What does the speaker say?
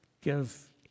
give